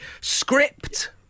script